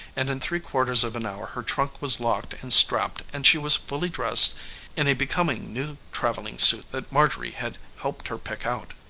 and in three-quarters of an hour her trunk was locked and strapped and she was fully dressed in a becoming new travelling suit that marjorie had helped her pick out.